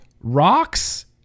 rocks